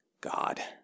God